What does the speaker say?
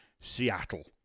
Seattle